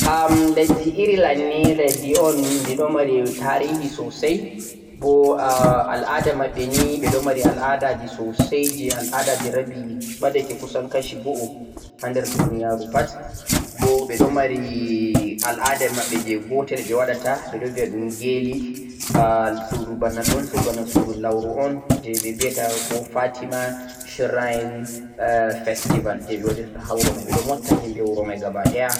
am leddi Ireland ni leddi un di ɗo mari tarihi sosai bo ah al'ada maɓɓe ni, ɓeɗo mari al'adaji sosai, je al'adaji rabi ɓadake kusan kashi go o ha der duniyaru pat bo ɓe ɗo mari al'ada maɓɓe je gotel ɓe waɗata ɓe viya ɗum ge'li, ah sudu bana ɗon sudu lauro un je ɓe biyata ko fatima shrine festival je ɓe waɗirta ha wuro mai ɓe ɗo motta himɓe wuro mai gaba ɗaya.